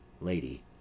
Lady